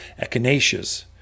echinaceas